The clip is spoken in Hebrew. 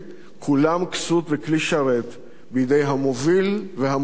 כולם כסות וכלי שרת בידי המוביל והמובל,